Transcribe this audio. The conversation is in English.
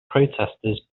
protesters